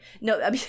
No